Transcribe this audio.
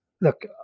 look